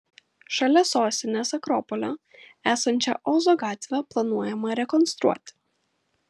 šalia sostinės akropolio esančią ozo gatvę planuojama rekonstruoti